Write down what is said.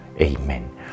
Amen